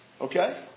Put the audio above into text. Okay